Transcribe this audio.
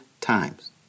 times